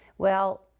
well,